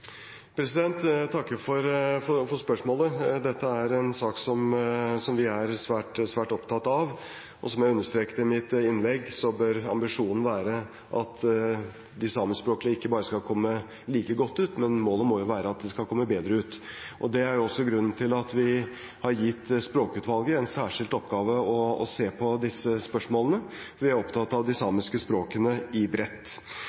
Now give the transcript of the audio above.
takker for spørsmålet. Dette er en sak som vi er svært opptatt av, og som jeg understreket i mitt innlegg, bør ambisjonen og målet være at de samiskspråklige ikke bare skal komme like godt ut, men at de skal komme bedre ut. Det er også grunnen til at vi har gitt Språkutvalget i oppgave å se særskilt på disse spørsmålene. Vi er bredt opptatt av de